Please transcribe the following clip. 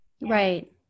Right